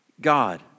God